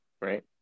right